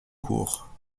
court